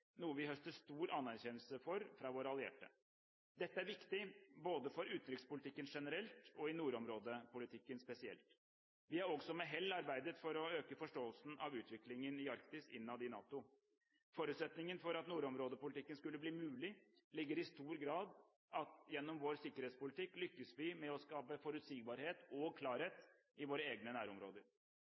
noe vi høster stor anerkjennelse for fra våre allierte. Dette er viktig både for utenrikspolitikken generelt og for nordområdepolitikken spesielt. Vi har også med hell arbeidet for å øke forståelsen av utviklingen i Arktis innad i NATO. Forutsetningen for at nordområdepolitikken skulle bli mulig, ligger i stor grad i at gjennom vår sikkerhetspolitikk lyktes vi med å skape forutsigbarhet og klarhet i våre egne nærområder.